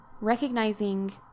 recognizing